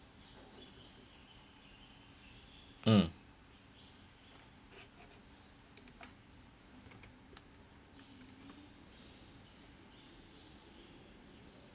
mm